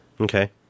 Okay